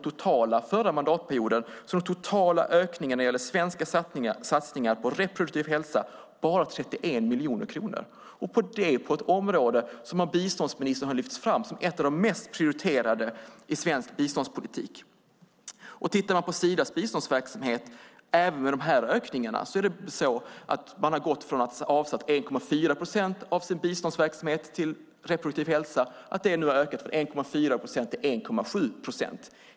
För förra mandatperioden är den totala ökningen när det gäller svenska satsningar på reproduktiv hälsa bara 31 miljoner kronor. Det är på ett område som av biståndsministern har lyfts fram som ett av de mest prioriterade i svensk biståndspolitik. Även med dessa ökningar har Sida gått från att avsätta 1,4 procent av sin biståndsverksamhet till reproduktiv hälsa till 1,7 procent.